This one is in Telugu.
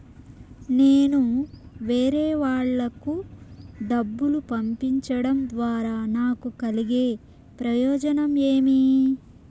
నేను వేరేవాళ్లకు డబ్బులు పంపించడం ద్వారా నాకు కలిగే ప్రయోజనం ఏమి?